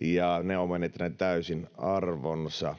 ja ne ovat menettäneet täysin arvonsa.